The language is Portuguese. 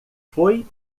foi